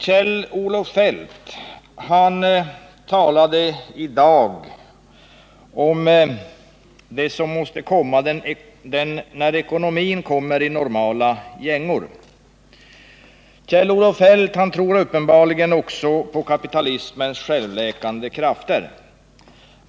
Kjell-Olof Feldt talade i dag om det som måste hända när ekonomin kommer in i normala gängor. Han tror uppenbarligen också på kapitalismens självläkande krafter.